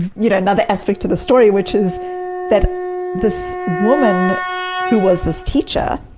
you know another aspect to this story, which is that this woman who was this teacher,